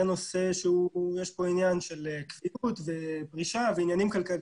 זה נושא שיש פה עניין של קביעות ופרישה ועניינים כלכליים,